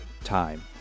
time